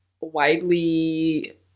widely